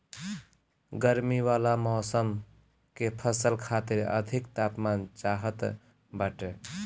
गरमी वाला मौसम के फसल खातिर अधिक तापमान चाहत बाटे